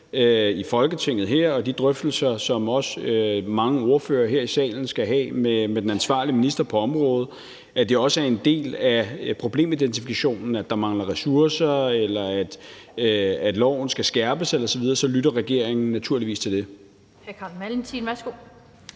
i Folketinget, og de drøftelser, som mange ordførere her i salen også skal have med den ansvarlige minister på området, også er en del af problemidentifikationen, at der mangler ressourcer, at loven skal skærpes osv., så lytter regeringen naturligvis til det.